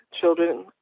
children